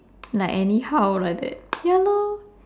like anyhow like that ya lor